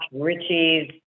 Richie's